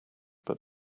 but